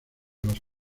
los